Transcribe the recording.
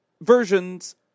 versions